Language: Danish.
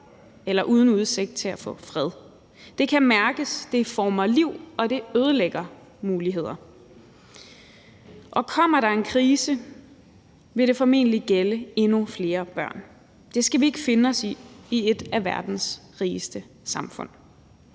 eller uden udsigt til at få fred. Det kan mærkes – det former liv, og det ødelægger muligheder. Kommer der en krise, vil det formentlig gælde endnu flere børn. Det skal vi ikke finde os i i et af verdens rigeste samfund.